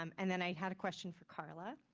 um and then i had a question for carla.